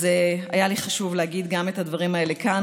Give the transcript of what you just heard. אז היה לי חשוב להגיד גם את הדברים האלה כאן,